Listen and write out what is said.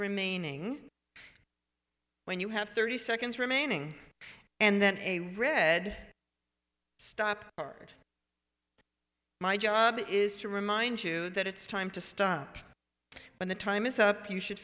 remaining when you have thirty seconds remaining and then a red stop part my job is to remind you that it's time to stop when the time is up you should